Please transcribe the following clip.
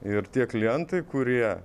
ir tie klientai kurie